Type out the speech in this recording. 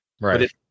right